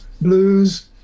blues